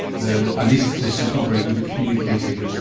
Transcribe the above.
the anaesthetist who is not very good at communicating,